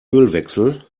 ölwechsel